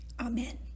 Amen